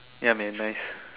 ya very nice